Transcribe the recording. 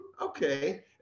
Okay